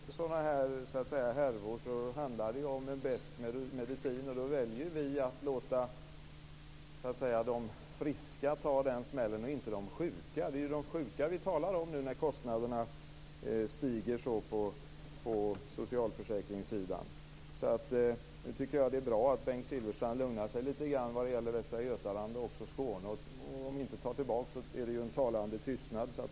Fru talman! När man ska reda upp sådana härvor handlar det om en besk medicin. Då väljer vi att låta de friska ta den smällen och inte de sjuka. Det är de sjuka vi talar om nu när kostnaderna stiger så på socialförsäkringssidan. Jag tycker att det är bra att Bengt Silfverstrand lugnar sig lite grann vad det gäller Västra Götaland och också Skåne och om inte tar tillbaka det han sade så låter tystnaden tala.